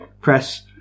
press